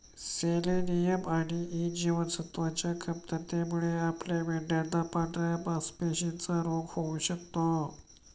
selenium आणि E जीवनसत्वच्या कमतरतेमुळे आपल्या मेंढयांना पांढऱ्या मासपेशींचा रोग होऊ शकतो